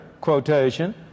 quotation